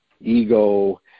ego